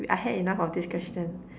wait I had enough of this question